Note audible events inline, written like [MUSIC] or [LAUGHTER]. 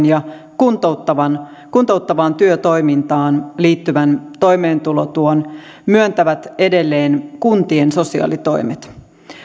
[UNINTELLIGIBLE] ja kuntouttavaan kuntouttavaan työtoimintaan liittyvän toimeentulotuen myöntävät edelleen kuntien sosiaalitoimet